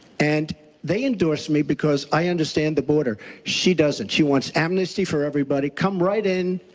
and they endorsed me because i understand the border. she doesn't. she wants amnesty for everybody. come right in.